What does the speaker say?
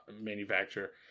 manufacturer